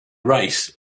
race